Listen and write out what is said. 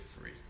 free